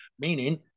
meaning